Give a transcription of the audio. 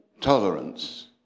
tolerance